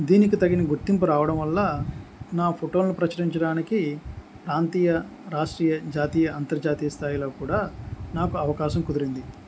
దీనికి తగిన గుర్తింపు రావడం వల్ల నా ఫోటోలను ప్రచురించడానికి ప్రాంతీయ రాష్ట్రీయ జాతీయ అంతర్జాతీయ స్థాయిలో కూడా నాకు అవకాశం కుదిరింది